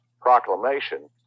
proclamation